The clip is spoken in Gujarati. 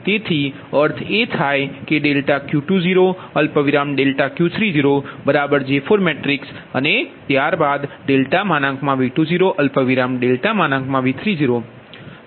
તેથી અર્થ એ થાય કે ∆Q20 ∆Q30 J4 મેટ્રિક્સ અને ત્યારબાદ ∆V20 ∆V30